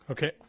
Okay